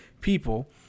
people